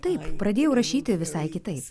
taip pradėjau rašyti visai kitaip